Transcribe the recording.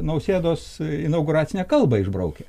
nausėdos inauguracinę kalbą išbraukia